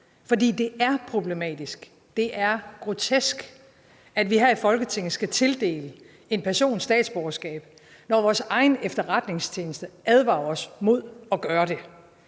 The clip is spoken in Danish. For det er problematisk, det er grotesk, at vi her i Folketinget skal tildele en person statsborgerskab, når vores egen efterretningstjeneste advarer os mod at gøre det.